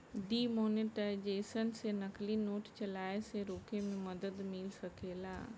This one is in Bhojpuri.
डिमॉनेटाइजेशन से नकली नोट चलाए से रोके में मदद मिल सकेला